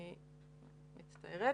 אני מצטערת.